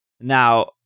Now